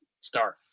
start